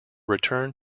return